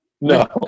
no